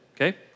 okay